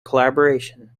collaboration